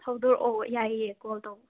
ꯍꯧꯗꯣꯔꯛꯑꯣ ꯌꯥꯏꯌꯦ ꯀꯣꯜ ꯇꯧꯔ